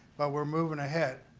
but we're moving ahead.